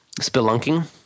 Spelunking